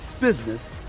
business